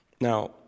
Now